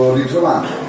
ritrovando